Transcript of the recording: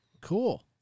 Cool